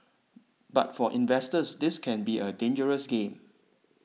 but for investors this can be a dangerous game